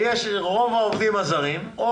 על אף האמור בתקנה 5(א)